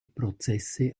prozesse